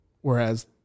Whereas